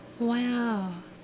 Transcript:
Wow